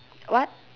what